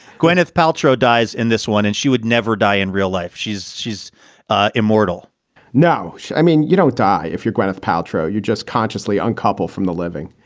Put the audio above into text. gwyneth paltrow dies in this one and she would never die in real life. she's she's ah immortal now i mean, you don't die if you're gwyneth paltrow. you're just consciously uncoupled from the living.